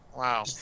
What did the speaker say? Wow